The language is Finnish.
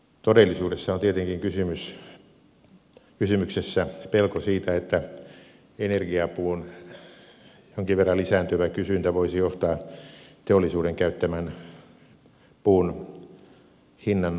todellisuudessa on tietenkin kysymyksessä pelko siitä että energiapuun jonkin verran lisääntyvä kysyntä voisi johtaa teollisuuden käyttämän puun hinnan nousuun